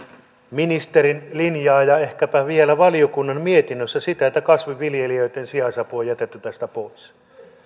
ministerin linjaa ja ehkäpä vielä valiokunnan mietinnössä sitä että kasvinviljelijöitten si jaisapu on jätetty tästä pois se on